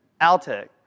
Altec